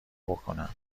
بکنم